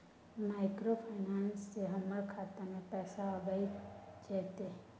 Microfinance से हमारा खाता में पैसा आबय जेतै न?